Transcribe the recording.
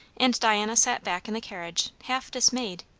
and diana sat back in the carriage, half dismayed.